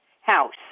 house